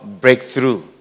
breakthrough